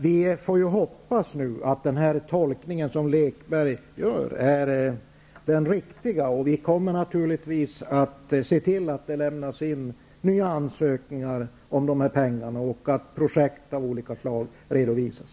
Vi får nu hoppas att den tolkning som Lekberg gör är den riktiga. Vi kommer naturligtvis att se till att det lämnas in nya ansökningar om pengar och att projekt av olika slag redovisas.